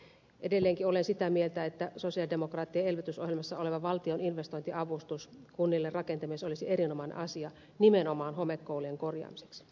edelleenkin olen sitä mieltä että sosialidemokraattien elvytysohjelmassa oleva valtion investointiavustus kunnille rakentamiseen olisi erinomainen asia nimenomaan homekoulujen korjaamiseksi